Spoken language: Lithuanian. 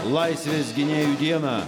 laisvės gynėjų dieną